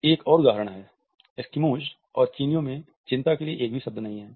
एक और उदाहरण है कि एस्किमोज और चीनियों में चिंता के लिए एक भी शब्द नहीं है